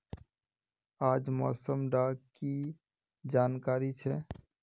आज मौसम डा की जानकारी छै?